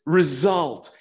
result